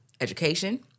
education